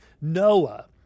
Noah